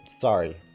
sorry